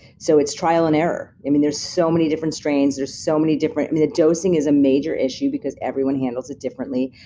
so it's trial and error. i mean, there's so many different strains. there's so many different. i mean, the dosing is a major issue, because everyone handles it differently.